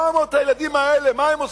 400 הילדים האלה, מה הם עושים?